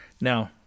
Now